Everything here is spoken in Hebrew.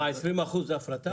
ב-20% הפרטה?